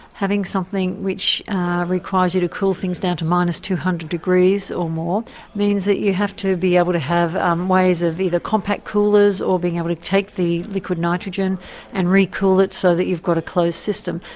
having something which requires you to cool things down to minus two hundred degrees or more means that you have to be able to have um ways of either compact coolers or being able to take the liquid nitrogen and re-cool it so that you've got a closed system.